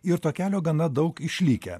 ir to kelio gana daug išlikę